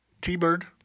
T-Bird